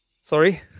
sorry